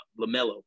LaMelo